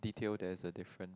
detail there's a different